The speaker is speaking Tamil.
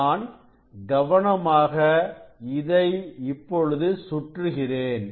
நான் கவனமாக இதை இப்பொழுது சுற்றுகிறேன்